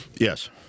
Yes